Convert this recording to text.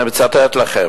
אני מצטט לכם,